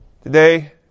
today